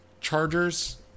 Chargers